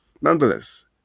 Nonetheless